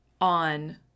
on